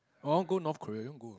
want go North Korea